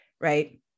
right